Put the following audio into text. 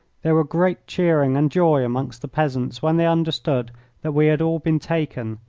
there were great cheering and joy amongst the peasants when they understood that we had all been taken,